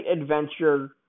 adventure